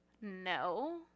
No